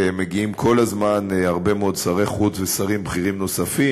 ומגיעים כל הזמן הרבה מאוד שרי חוץ ושרים בכירים נוספים.